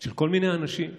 של כל מיני אנשים.